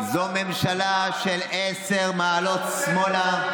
זו ממשלה של עשר מעלות שמאלה.